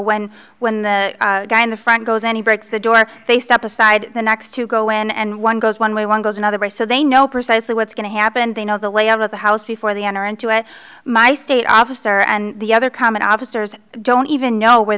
when when the guy in the front goes any breaks the door they step aside the next to go in and one goes one way one goes another way so they know precisely what's going to happen they know the layout of the house before they enter into it my state officer and the other common officers don't even know where